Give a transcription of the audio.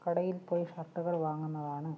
കടയിൽപ്പോയി ഷർട്ടുകൾ വാങ്ങുന്നതാണ്